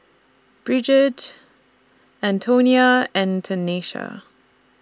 Brigid Antonia and Tanesha